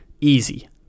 Easy